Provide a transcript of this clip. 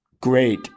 great